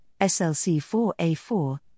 SLC4A4